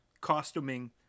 costuming